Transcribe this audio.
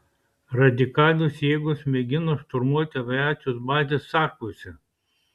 radikalios jėgos mėgino šturmuoti aviacijos bazę sakuose